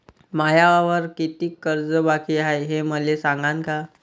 मायावर कितीक कर्ज बाकी हाय, हे मले सांगान का?